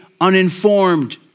uninformed